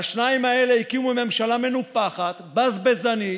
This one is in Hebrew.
והשניים האלה הקימו ממשלה מנופחת, בזבזנית,